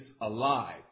alive